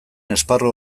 esparru